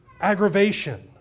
aggravation